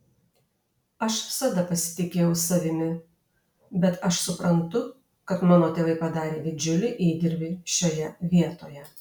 aš visada pasitikėjau savimi bet aš suprantu kad mano tėvai padarė didžiulį įdirbį šioje vietoje